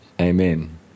Amen